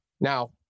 Now